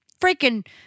freaking